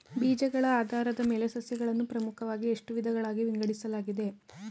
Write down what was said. ಬೀಜಗಳ ಆಧಾರದ ಮೇಲೆ ಸಸ್ಯಗಳನ್ನು ಪ್ರಮುಖವಾಗಿ ಎಷ್ಟು ವಿಧಗಳಾಗಿ ವಿಂಗಡಿಸಲಾಗಿದೆ?